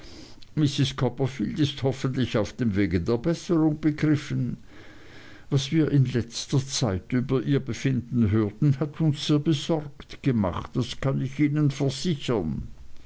copperfield ist hoffentlich auf dem wege der besserung begriffen was wir in letzter zeit über ihr befinden hörten hat uns sehr besorgt gemacht das kann ich ihnen versichern